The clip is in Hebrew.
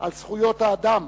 על זכויות האדם